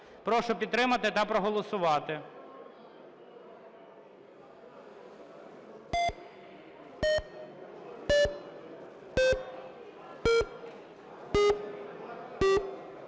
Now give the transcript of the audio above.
Прошу підтримати та проголосувати.